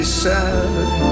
sad